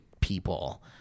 people